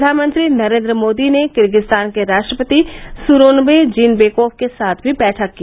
प्रधानमंत्री नरेन्द्र मोदी ने किर्गिस्तान के राष्ट्रपति स्रोनबे जीनबाकोफ के साथ भी बैठक की